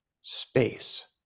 space